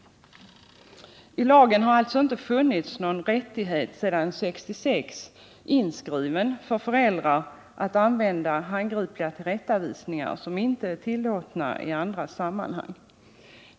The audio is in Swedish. I lagen har alltså sedan 1966 inte funnits någon rättighet för föräldrar att använda handgripliga tillrättavisningar som inte är tillåtna i andra sammanhang.